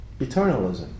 eternalism